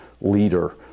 leader